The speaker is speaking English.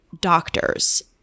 doctors